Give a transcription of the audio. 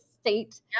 state